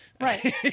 Right